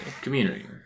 community